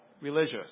religious